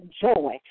joy